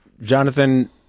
Jonathan –